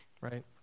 right